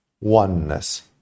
oneness